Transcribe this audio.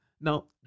Now